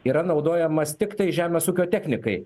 yra naudojamas tiktai žemės ūkio technikai